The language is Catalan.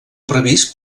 previst